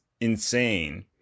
insane